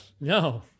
No